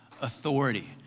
authority